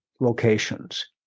locations